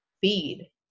feed